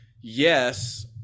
yes